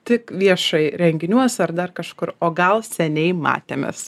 tik viešai renginiuose ar dar kažkur o gal seniai matėmės